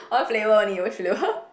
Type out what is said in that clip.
one flavour only which flavour